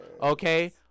okay